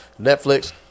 Netflix